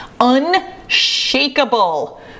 unshakable